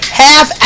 half